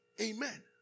Amen